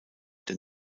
der